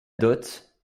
dote